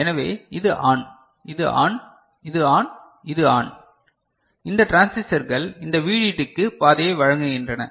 எனவே இது ஆன் இது ஆன் இது ஆன் இது ஆன் இந்த டிரான்சிஸ்டர்கள் இந்த VDD க்கு பாதையை வழங்குகின்றன